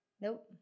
Nope